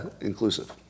inclusive